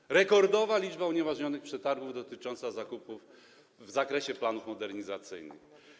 Mamy rekordową liczbę unieważnionych przetargów dotyczących zakupów w zakresie planów modernizacyjnych.